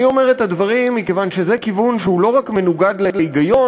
אני אומר את הדברים מכיוון שזה כיוון שהוא לא רק מנוגד להיגיון,